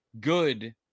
good